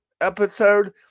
episode